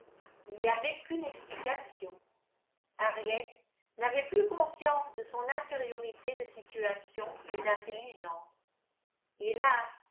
il n'y avait qu'une explication henriette n'avait plus conscience de son infériorité de situation et d'intelligence hélas